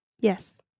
Yes